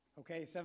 Okay